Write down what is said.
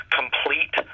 complete